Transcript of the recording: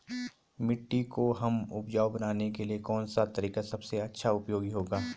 मिट्टी को हमें उपजाऊ बनाने के लिए कौन सा तरीका सबसे अच्छा उपयोगी होगा?